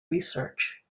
research